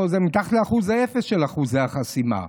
זה מתחת לאחוז האפס של אחוזי החסימה.